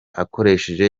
akoresheje